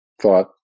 thought